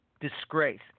disgrace